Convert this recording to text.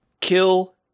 Kill